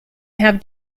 have